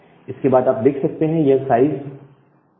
इसके बाद अब आप देख सकते हैं यह साइज है